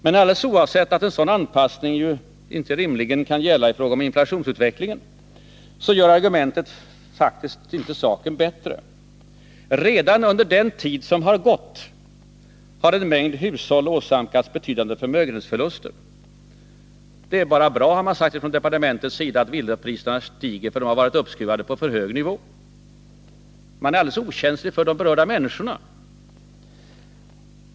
Men alldeles oavsett att en sådan anpassning inte rimligen kan gälla i fråga om inflationsutvecklingen, gör argumentet faktiskt inte saken bättre. Redan under den tid som gått har en mängd hushåll åsamkats betydande förmögenhetsförluster. Det är bara bra, har det sagts ifrån departementets sida, att villapriserna sjunker, eftersom de har varit uppskruvade på en för hög nivå. Man är tydligen alldeles okänslig för de berörda människorna.